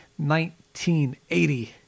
1980